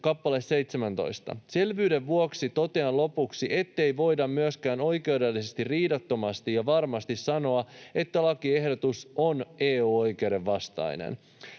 kappale 17: ”Selvyyden vuoksi totean lopuksi, ettei voida myöskään oikeudellisesti riidattomasti ja varmasti sanoa, että lakiehdotus on EU-oikeuden vastainen.